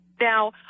Now